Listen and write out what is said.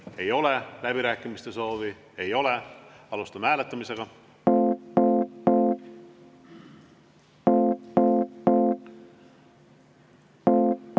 ei ole. Läbirääkimiste soovi ei ole. Alustame hääletamist.